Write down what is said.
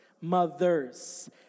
mothers